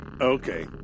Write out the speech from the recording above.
Okay